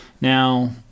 Now